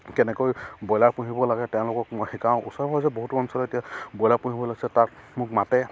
কেনেকৈ ব্ৰইলাৰ পুহিব লাগে তেওঁলোকক সেইকাৰণে ওচৰে পাজৰে বহুতো অঞ্চলত এতিয়া ব্ৰইলাৰ পুহিব লাগিছে তাত মোক মাতে